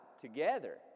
together